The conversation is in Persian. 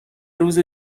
روز